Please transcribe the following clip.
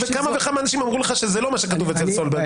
וכמה וכמה אנשים אמרו לך שזה לא מה שכתוב אצל סולברג.